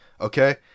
Okay